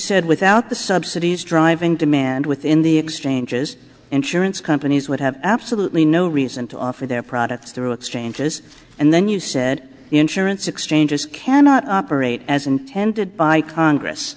said without the subsidies driving demand within the exchanges insurance companies would have absolutely no reason to offer their products through exchanges and then you said the insurance exchanges cannot operate as intended by congress